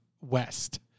West